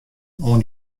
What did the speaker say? oan